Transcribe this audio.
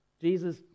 Jesus